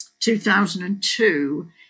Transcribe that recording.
2002